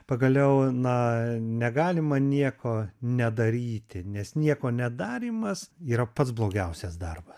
pagaliau na negalima nieko nedaryti nes nieko nedarymas yra pats blogiausias darbas